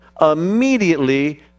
immediately